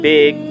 Big